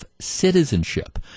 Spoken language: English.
citizenship